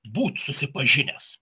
būt susipažinęs